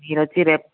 మీరొచ్చి రేపు